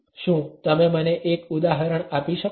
શું તમે મને એક ઉદાહરણ આપી શકો છો